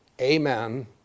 Amen